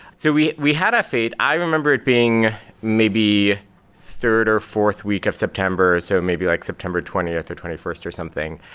so we we had f eight. i remember it being maybe third or fourth week of september, so maybe like september twentieth or twenty first or something.